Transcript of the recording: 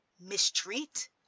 mistreat